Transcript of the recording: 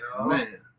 man